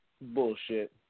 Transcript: Bullshit